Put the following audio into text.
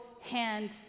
hand